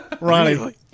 Ronnie